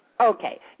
Okay